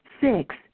six